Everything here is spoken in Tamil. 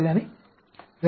சரிதானே